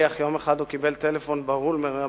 איך יום אחד הוא קיבל טלפון בהול מר'